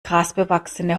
grasbewachsene